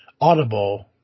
Audible